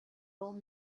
old